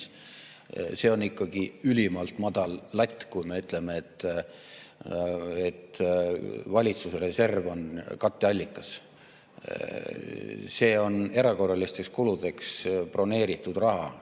See on ülimalt madal latt, kui me ütleme, et valitsuse reserv on katteallikas. See on erakorralisteks kuludeks broneeritud raha,